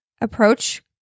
Approach